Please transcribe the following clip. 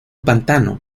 pantano